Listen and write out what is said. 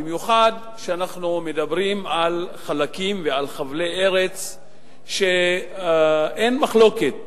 במיוחד כשאנחנו מדברים על חלקים ועל חבלי ארץ שאין מחלוקת